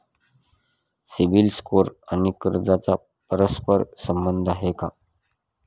CIBIL score आणि कर्जाचा परस्पर संबंध आहे का?